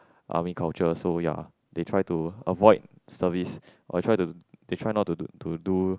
army culture so ya they try to avoid service or try to they try not to to do